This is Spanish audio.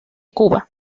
cuba